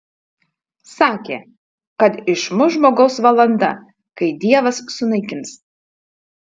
sakė kad išmuš žmogaus valanda kai dievas sunaikins